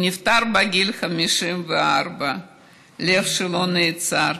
הוא נפטר בגיל 54. הלב שלו נעצר